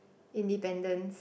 independence